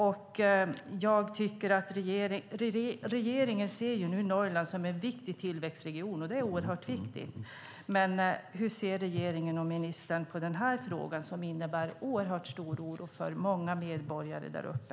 Regeringen ser Norrland som en tillväxtregion - och det är viktigt - men hur ser regeringen och ministern på den här frågan som innebär oerhört stor oro för många medborgare där uppe?